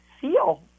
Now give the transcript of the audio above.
feel